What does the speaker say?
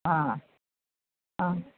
ஆ ஆ